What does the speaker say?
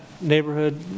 neighborhood